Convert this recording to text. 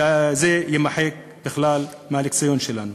שזה יימחק בכלל מהלקסיקון שלנו.